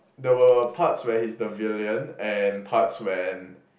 there were parts where he's the villain and parts when